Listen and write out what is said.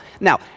Now